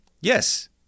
Yes